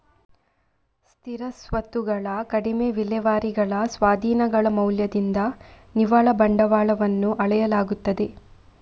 ಸ್ಥಿರ ಸ್ವತ್ತುಗಳ ಕಡಿಮೆ ವಿಲೇವಾರಿಗಳ ಸ್ವಾಧೀನಗಳ ಮೌಲ್ಯದಿಂದ ನಿವ್ವಳ ಬಂಡವಾಳವನ್ನು ಅಳೆಯಲಾಗುತ್ತದೆ